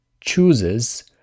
chooses